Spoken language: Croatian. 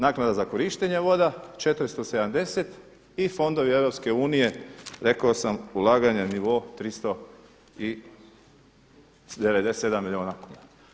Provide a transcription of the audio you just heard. Naknada za korištenje voda 470, i fondovi EU rekao sam ulaganja na nivo 397 milijuna kuna.